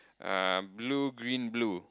uh blue green blue